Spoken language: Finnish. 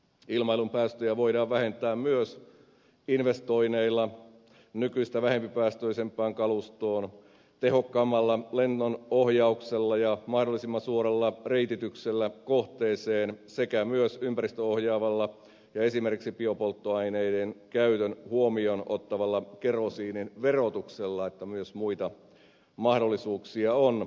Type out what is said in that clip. ilmailun päästöjä voidaan vähentää myös investoinneilla nykyistä vähempipäästöisempään kalustoon tehokkaammalla lennonohjauksella ja mahdollisimman suoralla reitityksellä kohteeseen sekä myös ympäristöohjaavalla ja esimerkiksi biopolttoaineiden käytön huomioon ottavalla kerosiinin verotuksella niin että myös muita mahdollisuuksia on